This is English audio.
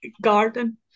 garden